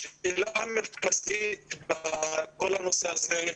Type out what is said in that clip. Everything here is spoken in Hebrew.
השאלה המרכזית בכל הנושא הזה,